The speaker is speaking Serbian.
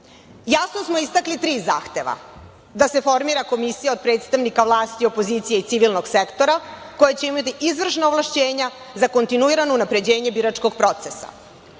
smo istakli tri zahteva, da se formira komisija od predstavnika vlasti, opozicije i civilnog sektora koja će imati izvršna ovlašćenja za kontinuirano unapređenje biračkog procesa,